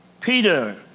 Peter